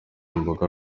imboga